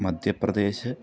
Madhya Pradesh